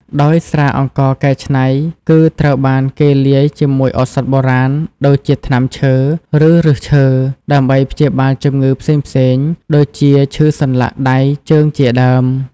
ដោយស្រាអង្ករកែច្នៃ គឺត្រូវបានគេលាយជាមួយឱសថបុរាណ ដូចជាថ្នាំឈើ ឬឫសឈើ ដើម្បីព្យាបាលជំងឺផ្សេងៗ ដូចជាឈឺសន្លាក់ដៃជើងជាដើម។